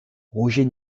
roger